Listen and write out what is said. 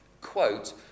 quote